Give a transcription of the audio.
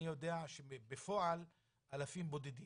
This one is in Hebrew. אני יודע שבפועל מדובר באלפים בודדים.